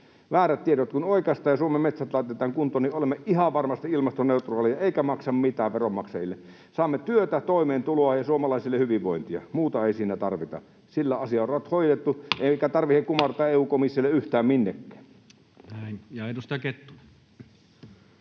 väärät tiedot hiilinieluista oikaistaan ja Suomen metsät laitetaan kuntoon, niin olemme ihan varmasti ilmastoneutraali eikä se maksa mitään veronmaksajille. Saamme työtä, toimeentuloa ja suomalaisille hyvinvointia. Muuta ei siinä tarvita. Sillä asia on hoidettu, eikä tarvitse kumartaa EU-komissiolle tai yhtään minnekään. [Speech